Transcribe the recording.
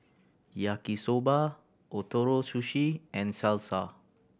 Yaki Soba Ootoro Sushi and Salsa